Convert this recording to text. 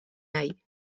nahi